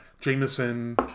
jameson